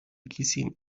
gesehen